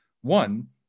One